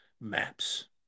maps